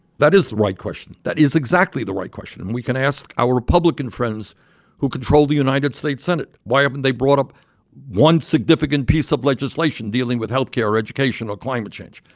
that is the right question. that is exactly the right question. and we can ask our republican friends who control the united states senate why haven't and they brought up one significant piece of legislation dealing with health care, education or climate change?